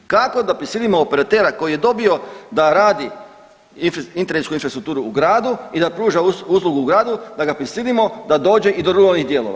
Kako da prisilimo operatera koji je dobio da radi internetsku infrastrukturu u gradu i da pruža uslugu u gradu da ga prisilimo da dođe i do ruralnih dijelova.